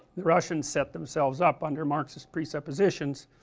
the russians set themselves up under marxist presuppositions